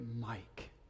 Mike